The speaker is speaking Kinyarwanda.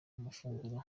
amafunguro